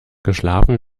geschlafen